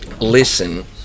listen